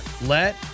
let